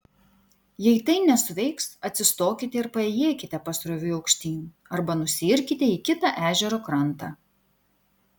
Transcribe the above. jei tai nesuveiks atsistokite ir paėjėkite pasroviui aukštyn arba nusiirkite į kitą ežero krantą